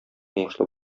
уңышлы